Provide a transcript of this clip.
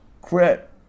quit